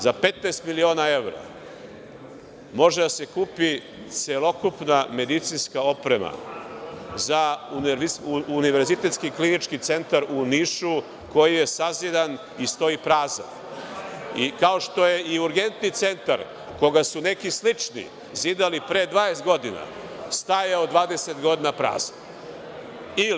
Za 15 miliona evra može da se kupi celokupna medicinska oprema za Univerzitetski klinički centar u Nišu koji je sazidan i stoji prazan kao što je i Urgentni centar, koga su neki slični zidali pre 20 godina, stajao 20 godina prazan.